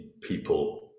people